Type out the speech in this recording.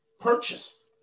purchased